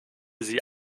sie